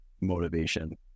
motivation